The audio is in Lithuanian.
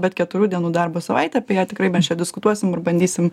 bet keturių dienų darbo savaitė apie ją tikrai mes čia diskutuosim ir bandysim